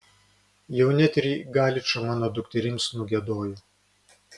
jau net ir į galičą mano dukterims nugiedojo